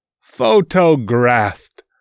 Photographed